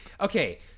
Okay